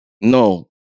No